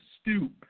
stoop